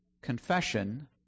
confession